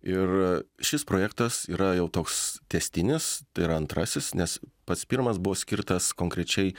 ir šis projektas yra jau toks tęstinis tai yra antrasis nes pats pirmas buvo skirtas konkrečiai